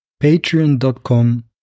Patreon.com